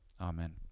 amen